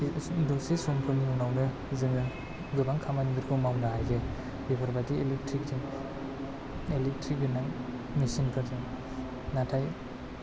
दसे समफोरनि उनावनो जोङो गोबां खामानिफोरखौ मावनो हायो बेफोरबायदि इलेक्ट्रिक जों इलेकट्रिक गोनां मिसिनफोरजों नाथाय